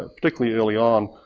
ah particularly early on.